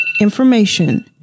information